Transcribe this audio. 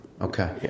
Okay